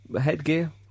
headgear